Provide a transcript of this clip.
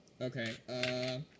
Okay